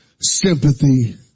sympathy